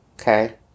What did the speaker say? Okay